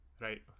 Right